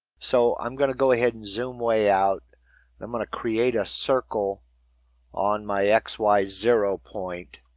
so i'm going to go ahead and zoom way out. and i'm going to create a circle on my x y zero point.